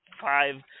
five